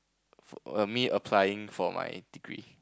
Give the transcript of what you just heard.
err me applying for my degree